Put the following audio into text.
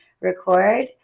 record